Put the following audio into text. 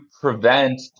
prevent